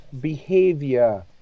behavior